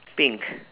pink